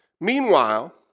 Meanwhile